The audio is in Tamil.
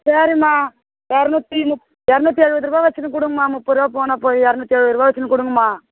சரிம்மா இரநூத்தி முப் இரநூத்தி அறுபது ருவா வச்சிட்டு கொடுங்கம்மா முப்பது ருபா போனால் போகுது இரநூத்தி அறுபது ருபா வச்சினு கொடுங்கம்மா